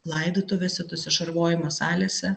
laidotuvėse tose šarvojimo salėse